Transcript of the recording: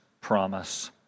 promise